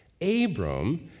Abram